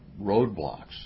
roadblocks